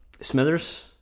smithers